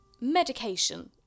Medication